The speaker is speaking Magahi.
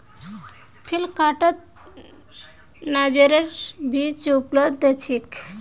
फ्लिपकार्टत नाइजरेर बीज उपलब्ध छेक